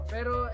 Pero